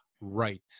right